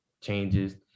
changes